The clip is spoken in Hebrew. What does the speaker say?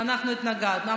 אנחנו התנגדנו.